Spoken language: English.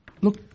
look